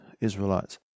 Israelites